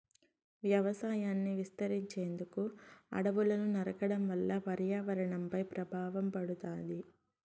వ్యవసాయాన్ని విస్తరించేందుకు అడవులను నరకడం వల్ల పర్యావరణంపై ప్రభావం పడుతాది